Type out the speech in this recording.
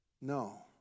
No